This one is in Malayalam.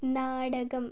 നാടകം